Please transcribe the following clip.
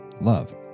love